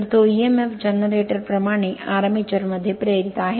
तर तो emf generator प्रमाणे आर्मेचर मध्ये प्रेरित आहे